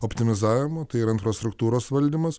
optimizavimo tai yra infrastruktūros valdymas